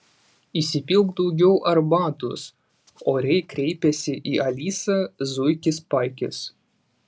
įsipilk daugiau arbatos oriai kreipėsi į alisą zuikis paikis